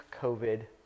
COVID